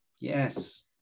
Yes